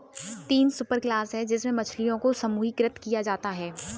तीन सुपरक्लास है जिनमें मछलियों को समूहीकृत किया जाता है